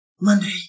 Monday